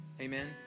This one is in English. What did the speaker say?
Amen